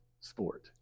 sport